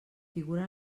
figura